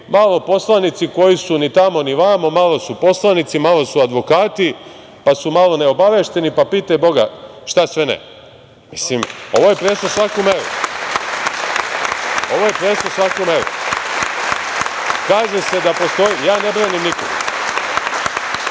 malo poslanici koji su ni tamo ni vamo, malo su poslanici, malo su advokati, pa su malo neobavešteni, pa pitaj boga šta sve ne. Ovo je prešlo svaku meru. Kaže se da postoji, ja ne branim nikoga,